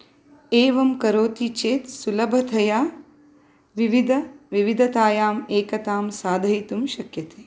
एवं करोति चेत् सुलभतया विविध विविधतायां एकतां साधयितुं शक्यते